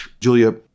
Julia